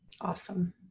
Awesome